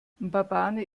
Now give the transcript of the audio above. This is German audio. mbabane